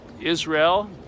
Israel